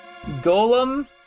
Golem